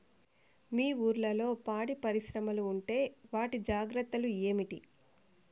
మీ ఊర్లలో పాడి పరిశ్రమలు ఉంటే వాటి జాగ్రత్తలు ఏమిటి